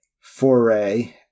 foray